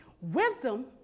Wisdom